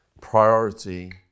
priority